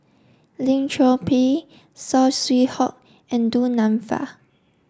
Lim Chor Pee Saw Swee Hock and Du Nanfa